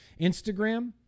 Instagram